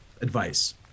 advice